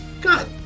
god